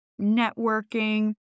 networking